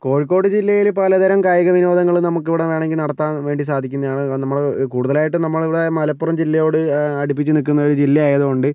കോഴിക്കോട് ജില്ലയിൽ പലതരം കായിക വിനോദങ്ങൾ നമുക്കിവിടെ വേണമെങ്കിൽ നടത്താൻ വേണ്ടി സാധിക്കുന്നതാണ് നമ്മൾ കൂടുതലായിട്ട് നമ്മളിവിടെ മലപ്പുറം ജില്ലയോട് അടുപ്പിച്ച് നിൽക്കുന്നൊരു ജില്ലയായതുകൊണ്ട്